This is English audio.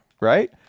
right